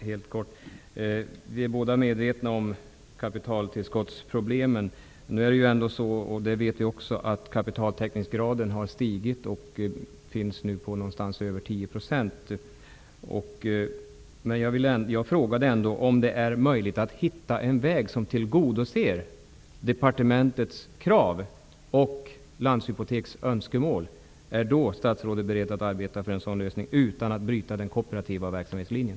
Fru talman! Vi är båda medvetna om kapitaltillskottsproblemen. Vi vet också att kapitaltäckningsgraden har stigit och nu är över Jag frågade ändå om det är möjligt att hitta en väg som tillgodoser departementets krav och Landshypoteks önskemål. Är då statsrådet beredd att arbeta för en sådan lösning, utan att bryta den kooperativa verksamhetslinjen?